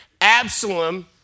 Absalom